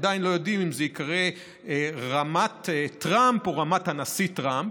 עדיין לא יודעים אם זה ייקרא רמת טראמפ או רמת הנשיא טראמפ.